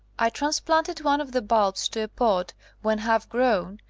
i transplanted one of the bulbs to a pot when half grown,